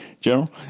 General